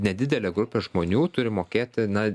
nedidelė grupė žmonių turi mokėti na